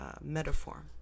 metaphor